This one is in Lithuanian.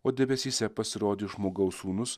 o debesyse pasirodys žmogaus sūnus